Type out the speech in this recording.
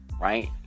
Right